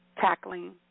tackling